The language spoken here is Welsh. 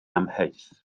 amheus